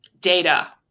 data